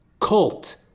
cult